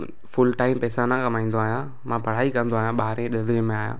full time पैसा न कमाईंदो आहियां मां पढ़ाई कंदो आहियां ॿारहें दर्जे में आहियां